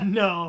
no